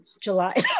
July